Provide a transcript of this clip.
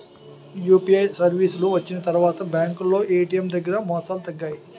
UPI సర్వీసులు వచ్చిన తర్వాత బ్యాంకులో ఏటీఎం దగ్గర మోసాలు తగ్గాయి